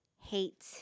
hate